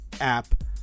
app